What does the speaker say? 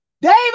David